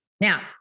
Now